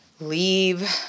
leave